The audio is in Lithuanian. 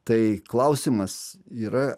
tai klausimas yra